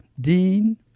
Dean